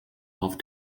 auf